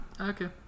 okay